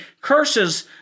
Curses